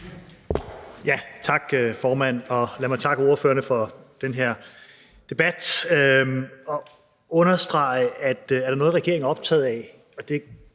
Tak, formand. Og lad mig takke ordførerne for den her debat og understrege, at hvis der er noget, regeringen er optaget af